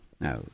Now